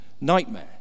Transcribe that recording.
Nightmare